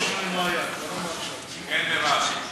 א-רחמאן